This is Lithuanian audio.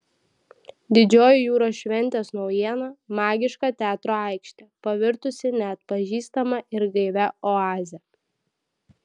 didžioji jūros šventės naujiena magiška teatro aikštė pavirtusi neatpažįstama ir gaivia oaze